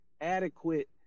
adequate